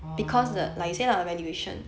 oh